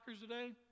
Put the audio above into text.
today